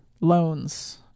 loans